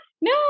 no